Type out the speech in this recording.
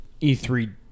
E3